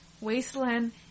wasteland